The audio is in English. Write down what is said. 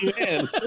Man